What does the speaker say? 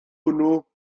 hwnnw